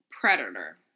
predator